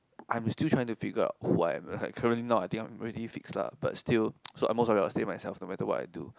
I'm still trying to figure out who I am currently now I'm already fix lah but still so at most probably I will stay myself no matter what I do